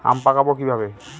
আম পাকাবো কিভাবে?